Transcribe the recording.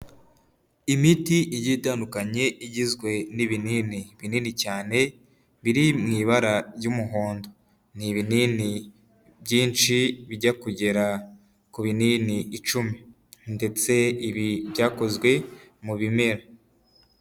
Imiti igiye itandukanye igizwe n'ibinini binini cyane, biri mu ibara ry'umuhondo n'ibinini byinshi bijya kugera ku binini icumi. Ndetse ibi byakozwe mu bimera.